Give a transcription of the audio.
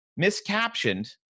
miscaptioned